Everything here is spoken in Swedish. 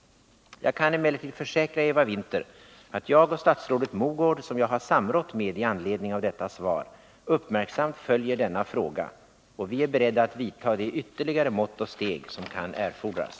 Jag kan emellertid försäkra Eva Winther att jag och statsrådet Mogård, som jag har samrått med i anledning av detta svar, uppmärksamt följer denna fråga och att vi är beredda att vidta de ytterligare mått och steg som kan erfordras.